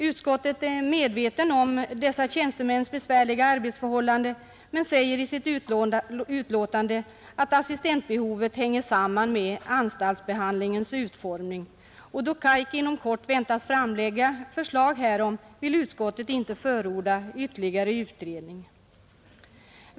Utskottet är medvetet om dessa tjänstemäns besvärliga arbetsförhållanden men säger i sitt utlåtande att assistentbehovet hänger samman med anstaltsbehandlingens utformning. Då KAIK inom kort väntas framlägga förslag härom vill utskottet inte förorda ytterligare utredning.